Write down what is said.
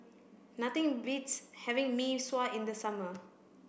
nothing beats having Mee Sua in the summer